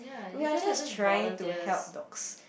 we are just trying to help dogs